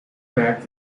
werkt